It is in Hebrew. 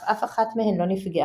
אך אף אחת מהן לא נפגעה.